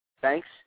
Thanks